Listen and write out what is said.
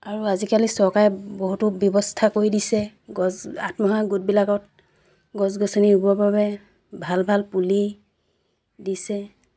আৰু আজিকালি চৰকাৰে বহুতো ব্যৱস্থা কৰি দিছে গছ আত্মহায়ক গোটবিলাকত গছ গছনি ৰুবৰ বাবে ভাল ভাল পুলি দিছে